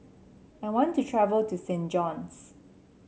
I want to travel to Saint John's